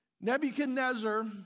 Nebuchadnezzar